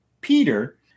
Peter